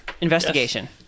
Investigation